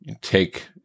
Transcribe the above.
take